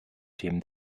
themen